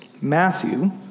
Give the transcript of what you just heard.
Matthew